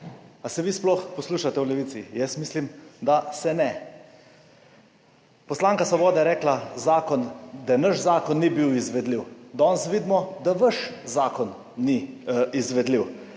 Ali se vi sploh poslušate v Levici? Jaz mislim, da se ne. Poslanka Svoboda je rekla, da naš zakon ni bil izvedljiv. Danes vidimo, da vaš zakon ni izvedljiv.